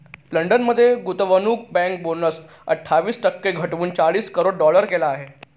London मध्ये गुंतवणूक bank bonus अठ्ठावीस टक्के घटवून चाळीस करोड डॉलर केला आहे